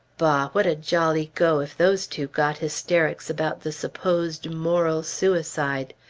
bah! what a jolly go if those two got hysterics about the supposed moral suicide!